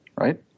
right